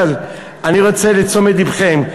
אבל אני רוצה את תשומת לבכם.